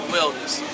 Wellness